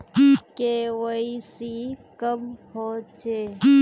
KYC कब होचे?